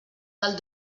del